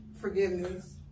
forgiveness